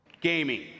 Gaming